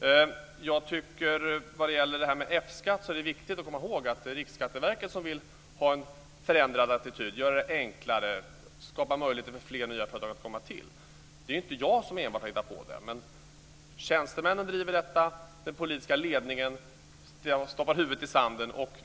Vad gäller F-skatt tycker jag att det är viktigt att komma ihåg att det är Riksskatteverket som vill ha en förändrad attityd, göra det enklare, skapa möjligheter för fler nya företagare att starta verksamhet. Det är inte enbart jag som har hittat på det. Tjänstemännen driver detta. Men den politiska ledningen stoppar huvudet i sanden.